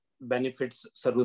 benefits